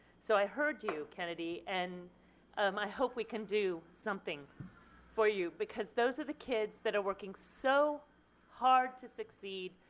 so i heard you kennadi and um i hope we can do something for you because those are the kids that are working so hard to succeed,